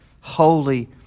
holy